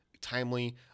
timely